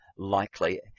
likely